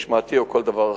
משמעתי או כל דבר אחר.